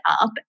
up